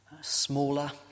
smaller